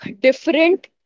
different